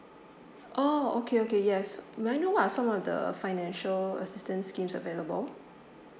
oh okay okay yes may I know what are some of the financial assistance schemes available